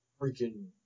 freaking